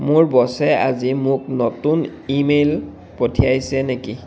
মোৰ বচে আজি মোক নতুন ইমেইল পঠিয়াইছে নেকি